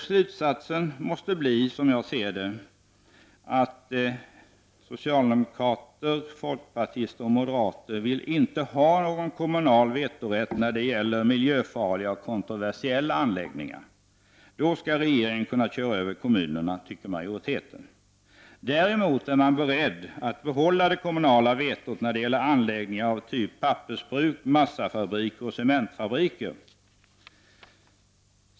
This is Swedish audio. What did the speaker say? Slutsatsen måste, som jag ser det, bli att socialdemokrater, folkpartister och moderater inte vill ha någon kommunal vetorätt när det gäller miljöfarliga och kontroversiella anläggningar. Då skall regeringen, enligt utskottsmajoriteten, kunna köra över kommunerna. Däremot är man beredd att behålla det kommunala vetot när det gäller anläggningar av typ pappersbruk, massafabriker och cementfabriker.